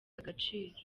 agaciro